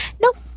Nope